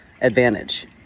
advantage